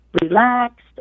relaxed